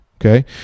Okay